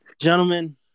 Gentlemen